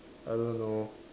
I don't know